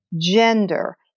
gender